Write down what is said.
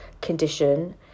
condition